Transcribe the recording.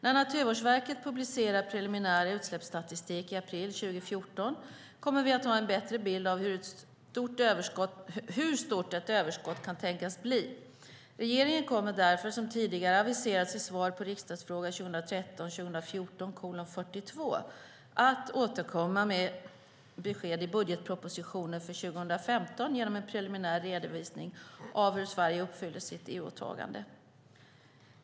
När Naturvårdsverket publicerar preliminär utsläppsstatisk i april 2014 kommer vi att ha en bättre bild av hur stort ett överskott kan tänkas bli. Regeringen kommer därför, som tidigare aviserats i svar på riksdagsfråga 2013/14:42, att återkomma med besked i budgetpropositionen för 2015 genom en preliminär redovisning av hur Sverige uppfyller sitt EU-åtagande.